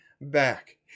back